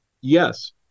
Yes